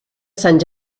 sant